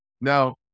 Now